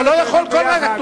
אתה לא יכול כל רגע,